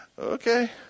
Okay